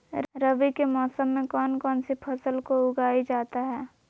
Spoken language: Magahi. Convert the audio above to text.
रवि के मौसम में कौन कौन सी फसल को उगाई जाता है?